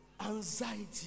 Anxiety